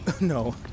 No